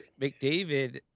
McDavid